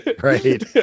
right